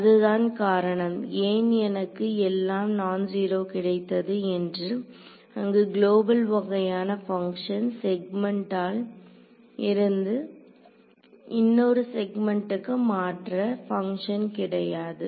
அதுதான் காரணம் ஏன் எனக்கு எல்லாம் நான் ஜீரோ கிடைத்தது என்று அங்கு குலோபல் வகையான பங்க்ஷன் செக்மெண்டல் இருந்து இன்னொரு செக்மெண்ட்க்கு மாற்ற பங்ஷன் கிடையாது